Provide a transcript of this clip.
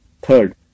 Third